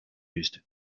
used